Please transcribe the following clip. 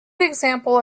example